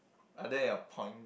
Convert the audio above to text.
are there your point